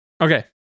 Okay